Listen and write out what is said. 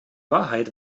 wahrheit